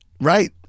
Right